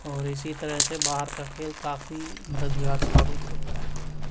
اور اسی طرح سے باہر کا کھیل کافی مددگار ثابت ہوتا ہے